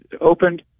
opened